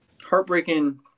Heartbreaking